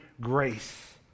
grace